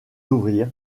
ouvrir